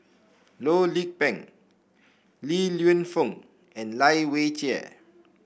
Loh Lik Peng Li Lienfung and Lai Weijie